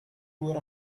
were